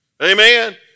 Amen